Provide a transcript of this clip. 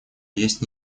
есть